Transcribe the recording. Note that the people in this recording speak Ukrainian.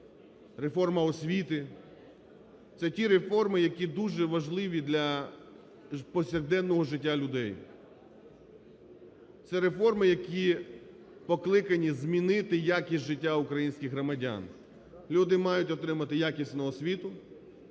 реформа освіти. Це ті реформи, які дуже важливі для повсякденного життя людей. Це реформи, які покликані змінити якість життя українських громадян. Люди мають отримати якісну освіту,